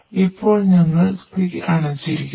ഇപ്പോൾ ഞങ്ങൾ തീ അണച്ചിരിക്കുന്നു